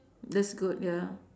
that's good ya